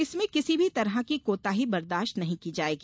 इसमें किसी भी तरह की कोताही बर्दाश्त नहीं की जाएगी